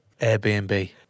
Airbnb